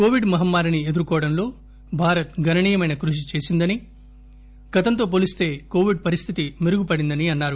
Covid మహమ్మారిని ఎదుర్కొతంలో భారత్ గణనీయమైన కృషి చేసిందనీ గతంతో పోలిస్త కోవిడ్ పరిస్తితి మెరుగు పడిందనీ అన్నారు